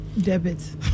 Debit